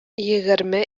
егерме